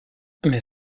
mais